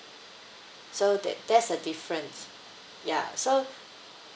so there there's the difference ya so